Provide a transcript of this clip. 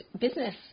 business